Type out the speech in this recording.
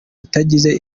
utagize